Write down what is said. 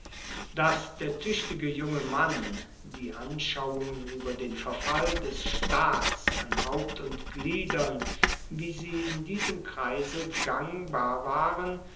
daß der tüchtige junge mann die anschauungen über den verfall des staats an haupt und gliedern wie sie in diesem kreise gangbar waren